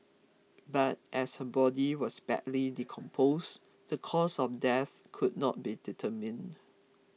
but as her body was badly decomposed the cause of death could not be determined